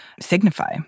signify